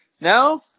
No